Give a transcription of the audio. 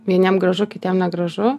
vieniem gražu kitiem negražu